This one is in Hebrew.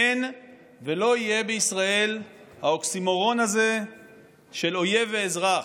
אין ולא יהיה בישראל האוקסימורון הזה של אויב ואזרח.